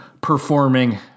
performing